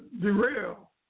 derail